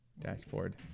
dashboard